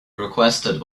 requested